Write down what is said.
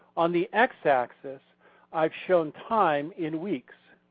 on the x-axis i've shown time in weeks.